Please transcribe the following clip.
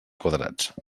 quadrats